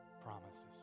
promises